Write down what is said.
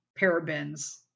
parabens